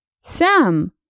Sam